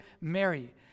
mary